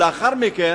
אדוני היושב-ראש,